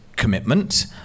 Commitment